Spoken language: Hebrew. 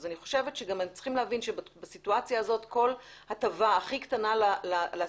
אני חושבת שהם צריכים להבין שבסיטואציה הזאת כל הטבה הכי קטנה לאסירים,